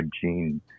gene